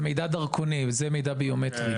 זה מידע דרכוני, זה מידע ביומטרי.